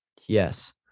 Yes